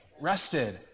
rested